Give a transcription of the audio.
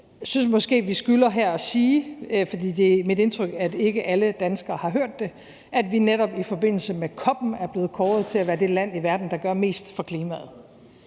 Jeg synes måske, vi skylder her at sige, for det er mit indtryk, at ikke alle danskere har hørt det, at vi netop i forbindelse med COP'en er blevet kåret til at være det land i verden, der gør mest for klimaet.